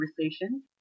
conversation